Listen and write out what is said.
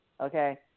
okay